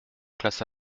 classe